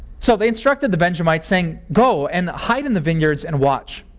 so they instructed the benjamites saying, go and hide in the vineyards and watch.